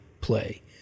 play